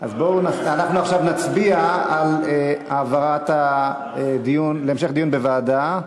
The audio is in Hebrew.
אנחנו עכשיו נצביע על המשך דיון בוועדה.